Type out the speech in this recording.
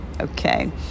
Okay